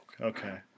okay